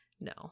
No